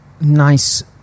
nice